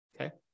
Okay